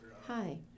Hi